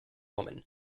woman